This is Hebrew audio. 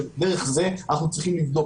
דרך זה אנחנו צריכים לבדוק,